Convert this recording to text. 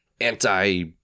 anti